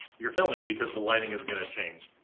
your filming because the lighting is gonna change.